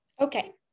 Okay